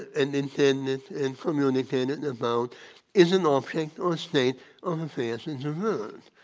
and intended and communicated about is an object or state of affairs in